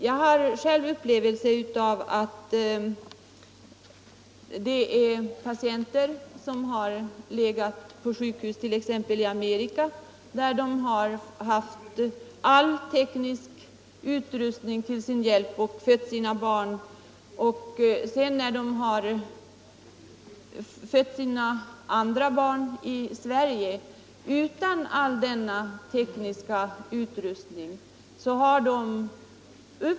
Jag har sett exempel på hur mödrar som fött sitt första barn t.ex. i Amerika, där de haft all tänkbar teknisk utrustning till hjälp, har upplevt det som mycket positivt att föda sina andra barn i Sverige, utan all denna tekniska utrustning.